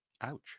Ouch